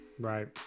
right